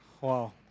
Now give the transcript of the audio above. Wow